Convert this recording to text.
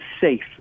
safe